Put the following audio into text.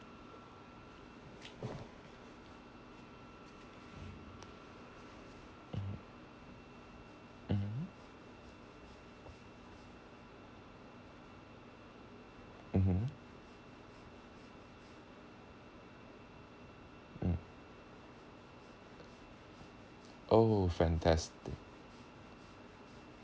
mm mmhmm ugh oh fantastic